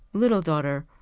little daughter.